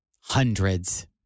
hundreds